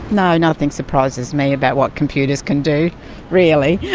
no, nothing surprises me about what computers can do really. yeah